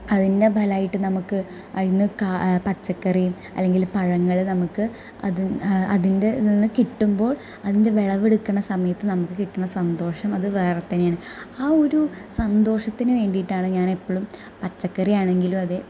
അതിൻ്റെ ഫലം ആയിട്ട് നമുക്ക് അതിൽ നിന്ന് കായ പച്ചക്കറിയും അല്ലെങ്കിൽ പഴങ്ങൾ നമുക്ക് അത് അതിൻ്റെ ഇതിൽ നിന്ന് കിട്ടുമ്പോൾ അതിൻ്റെ വിളവ് എടുക്കണ സമയത്ത് നമുക്ക് കിട്ടണ സന്തോഷം അത് വേറെ തന്നെയാണ് ആ ഒരു സന്തോഷത്തിന് വേണ്ടിയിട്ടാണ് ഞാൻ എപ്പോളും പച്ചക്കറിയാണെങ്കിലും അതെ